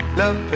love